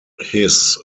his